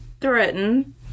threaten